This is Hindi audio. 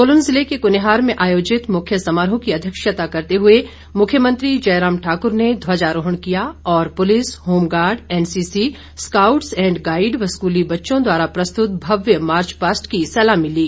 सोलन ज़िले के कुनिहार में आयोजित मुख्य समारोह की अध्यक्षता करते हुए मुख्यमंत्री जयराम ठाकुर ने ध्वजारोहण किया और police home guard NCC scouts and guide व स्कूली बच्चों द्वारा प्रस्तुत भव्य मार्चपास्ट की सलामी ली